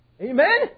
Amen